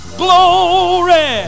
glory